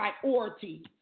priorities